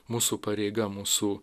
mūsų pareiga mūsų